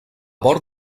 bord